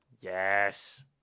yes